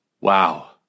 Wow